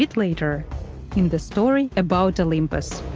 later in the story about olympus.